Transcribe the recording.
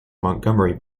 montgomery